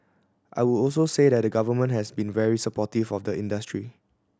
I would also say that the Government has been very supportive of the industry